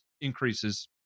increases